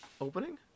opening